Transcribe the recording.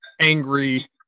angry